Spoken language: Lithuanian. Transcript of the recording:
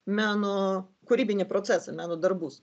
meno kūrybinį procesą meno darbus